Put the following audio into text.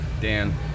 Dan